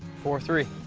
four three.